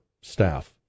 staff